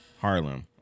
Harlem